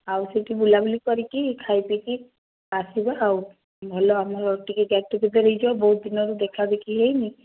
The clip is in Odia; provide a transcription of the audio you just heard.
ଆଉ ସେଠି ବୁଲାବୁଲି କରିକି ଖାଇ ପିଇକି ଆସିବା ଆଉ ଭଲ ଆମର ଟିକେ ଗେଟ୍ ଟୁଗେଦର୍ ହୋଇଯାଉ ବହୁତ ଦିନରୁ ଦେଖାଦେଖି ହୋଇନି